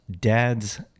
dad's